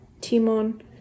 Timon